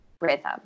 rhythm